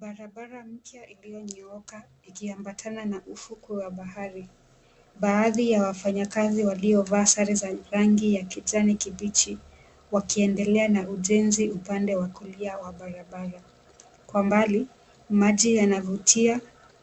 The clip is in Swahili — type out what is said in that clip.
Barabara mpya iliyonyooka ikiambatana na ufukwe wa bahari. Baadhi ya wafanyikazi waliovaa sare za rangi ya kijani kibichi wakiendelea na ujenzi upande wa kulia wa barabara. Kwa mbali, maji yanavutia,